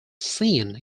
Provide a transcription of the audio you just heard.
sin